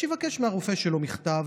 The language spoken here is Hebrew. אז שיבקש מהרופא שלו מכתב